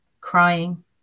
crying